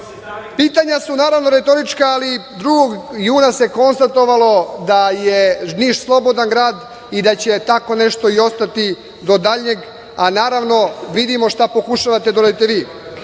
oduzima. Pitanja su naravno retorička, ali 2. juna se konstatovalo da je Niš slobodan grad i da će tako nešto i ostati do daljnjeg, a naravno, vidimo šta pokušavate da uradite vi. Mi,